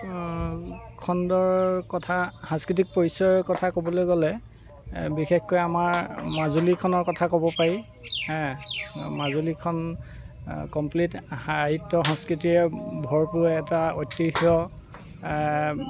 খণ্ডৰ কথা সাংস্কৃতিক পৰিচয়ৰ কথা ক'বলৈ গ'লে বিশেষকৈ আমাৰ মাজুলিখনৰ কথা ক'ব পাৰি মাজুলিখন কমপ্লিট সাহিত্য সংস্কৃতিয়ে ভৰপূৰ এটা ঐতিহ্য